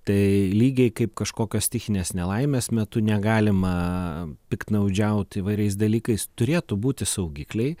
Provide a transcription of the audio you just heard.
tai lygiai kaip kažkokios stichinės nelaimės metu negalima piktnaudžiaut įvairiais dalykais turėtų būti saugikliai